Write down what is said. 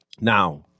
Now